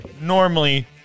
normally